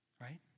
right